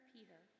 Peter